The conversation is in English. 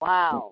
Wow